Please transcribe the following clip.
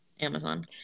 amazon